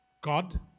God